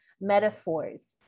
metaphors